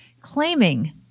claiming